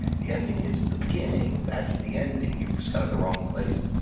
the ending is the beginning. that's the ending. you've just got it in the wrong place.